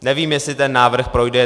Nevím, jestli ten návrh projde.